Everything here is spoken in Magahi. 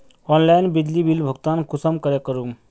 ऑनलाइन बिजली बिल भुगतान कुंसम करे करूम?